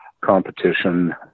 competition